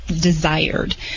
desired